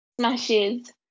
Smashes